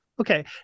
okay